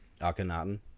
Akhenaten